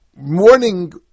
morning